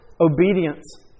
obedience